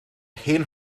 hen